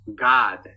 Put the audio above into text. god